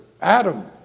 Adam